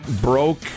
broke